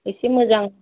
एसे मोजां